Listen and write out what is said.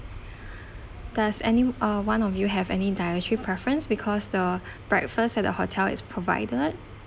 does any uh one of you have any dietary preference because the breakfast at the hotel is provided